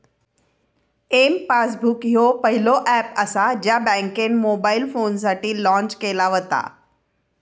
M passbook ह्यो पहिलो app असा ज्या बँकेन मोबाईल फोनसाठी लॉन्च केला व्हता